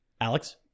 Alex